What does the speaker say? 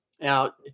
Now